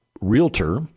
realtor